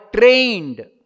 trained